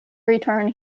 return